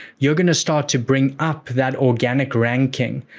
you're gonna start to bring up that organic ranking,